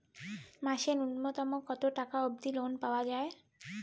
মাসে নূন্যতম কতো টাকা অব্দি লোন পাওয়া যায়?